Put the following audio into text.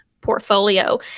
portfolio